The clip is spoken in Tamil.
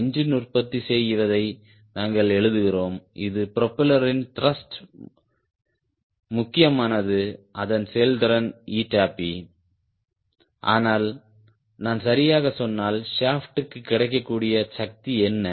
என்ஜின் உற்பத்தி செய்வதை நாங்கள் எழுதுகிறோம் இது ப்ரொபெல்லரின் த்ருஷ்ட் முக்கியமானது அதன் செயல்திறன் P ஆனால் நான் சரியாக சொன்னால் ஷாப்ட்க்கு கிடைக்கக்கூடிய சக்தி என்ன